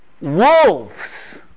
wolves